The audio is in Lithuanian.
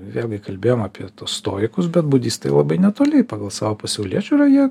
vėlgi kalbėjom apie tuos stoikus bet budistai labai netoli pagal savo pasaulėžiūrą jie